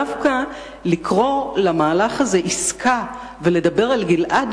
דווקא לקרוא למהלך הזה "עסקה" ולדבר על גלעד